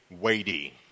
weighty